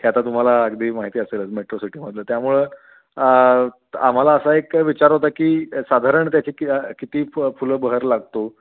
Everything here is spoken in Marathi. हे आता तुम्हाला अगदी माहिती असेल मेट्रो सिटीमधलं त्यामुळं आम्हाला असा एक विचार होता की साधारण त्याची कि किती फ फुलं बहर लागतो